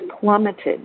plummeted